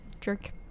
jerk